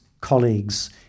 colleagues